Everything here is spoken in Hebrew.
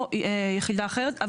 או יחידה אחרת,